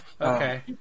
Okay